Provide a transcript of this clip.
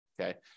Okay